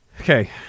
Okay